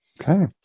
Okay